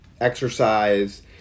exercise